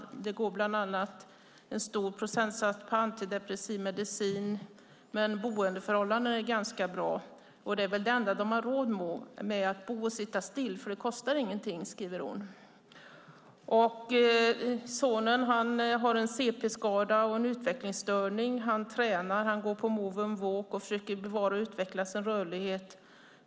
Bland annat går en stor procentsats på antidepressiv medicin. Men boendeförhållandena är ganska bra, och det är väl det enda de har råd med, att bo och sitta still, för det kostar ingenting. Så skriver hon. Sonen har en cp-skada och en utvecklingsstörning. Han tränar. Han går på Move & Walk och försöker bevara och utveckla sin rörlighet.